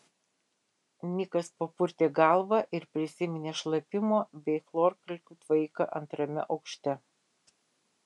nikas papurtė galvą ir prisiminė šlapimo bei chlorkalkių tvaiką antrame aukšte